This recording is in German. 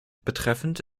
betreffend